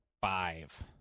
five